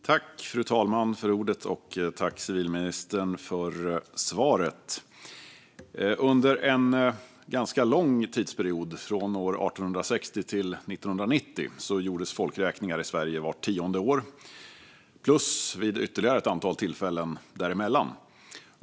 Fru talman! Tack, civilministern, för svaret! Under en ganska lång tidsperiod, från 1860 till 1990, gjordes folkräkningar i Sverige vart tionde år samt vid ytterligare ett antal tillfällen däremellan.